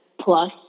plus